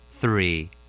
three